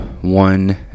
one